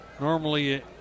Normally